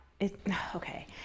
okay